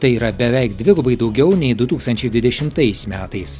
tai yra beveik dvigubai daugiau nei du tūkstančiai dvidešimtais metais